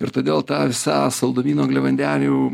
ir todėl ta visa saldumynų angliavandenių